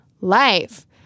life